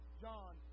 John